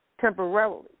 temporarily